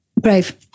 Brave